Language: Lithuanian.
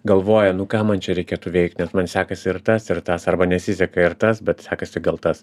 galvoja nu ką man čia reikėtų veikt nes man sekasi ir tas ir tas arba nesiseka ir tas bet sekasi gal tas